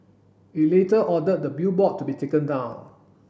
it later ordered the billboard to be taken down